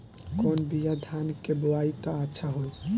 कौन बिया धान के बोआई त अच्छा होई?